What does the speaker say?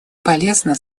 полезно